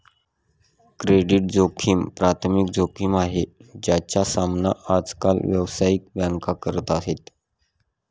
credit जोखिम प्राथमिक जोखिम आहे, ज्याचा सामना आज काल व्यावसायिक बँका करत आहेत